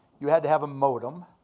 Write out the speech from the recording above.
you had to have a modem.